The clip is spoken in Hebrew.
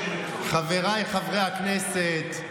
חבריי חברי הכנסת,